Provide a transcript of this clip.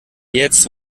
jetzt